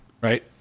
Right